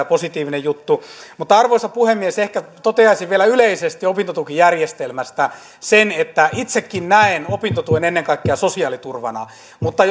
positiivinen juttu mutta arvoisa puhemies ehkä toteaisin vielä yleisesti opintotukijärjestelmästä sen että itsekin näen opintotuen ennen kaikkea sosiaaliturvana mutta